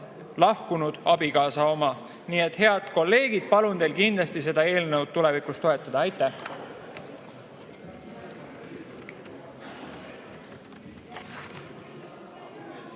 lahkunud abikaasa oma. Head kolleegid, palun teil kindlasti seda eelnõu tulevikus toetada. Aitäh!